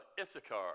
Issachar